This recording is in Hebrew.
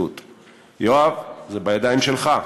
יואב, זה בידיים שלך.